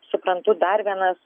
suprantu dar vienas